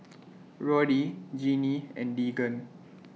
Roddy Genie and Deegan